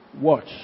watch